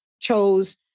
chose